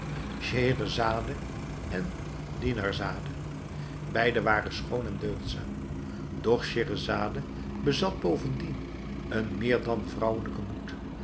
scheherazade en dinarzade beide waren schoon en deugdzaam doch scheherazade bezat bovendien een meer dan vrouwelijken moed